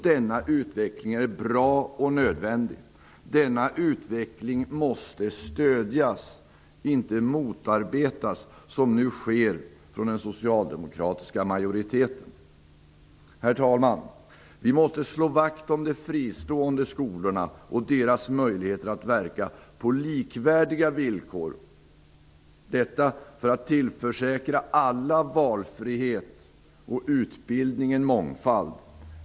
Denna utveckling är bra och nödvändig. Den måste stödjas, inte motarbetas, som nu sker från den socialdemokratiska majoriteten. Herr talman! Vi måste slå vakt om de fristående skolorna och deras möjligheter att verka på likvärdiga villkor, för att tillförsäkra alla valfrihet och utbildningen mångfald.